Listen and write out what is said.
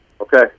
Okay